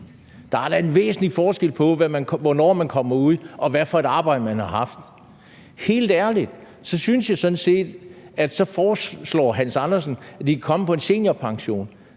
Der er da en væsentlig forskel på, hvornår man kommer ud, og hvad for et arbejde man har haft. Helt ærligt, det synes jeg sådan set, og så foreslår hr. Hans Andersen, at de kan komme på en seniorpension.